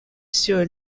sur